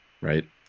Right